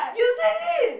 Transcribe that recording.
you said it